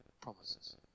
promises